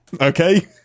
Okay